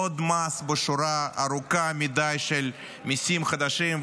עוד מס בשורה ארוכה מדי של מיסים חדשים,